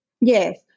Yes